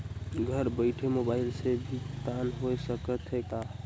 घर बइठे मोबाईल से भी भुगतान होय सकथे का?